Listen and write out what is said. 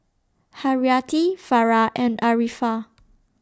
Haryati Farah and Arifa